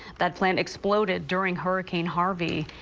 that plant exploded during hurricane harvey.